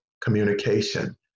communication